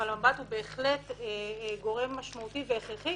אבל המב"ד הוא בהחלט גורם משמעותי והכרחי